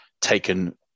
taken